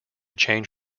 change